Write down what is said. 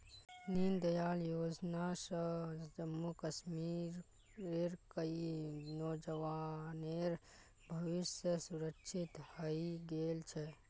दीनदयाल योजना स जम्मू कश्मीरेर कई नौजवानेर भविष्य सुरक्षित हइ गेल छ